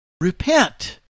Repent